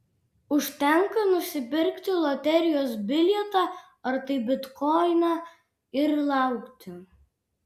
užtenka nusipirkti loterijos bilietą ar tai bitkoiną ir laukti